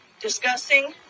discussing